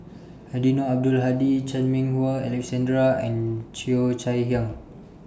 Eddino Abdul Hadi Chan Meng Wah Alexander and Cheo Chai Hiang